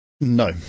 No